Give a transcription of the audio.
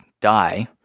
die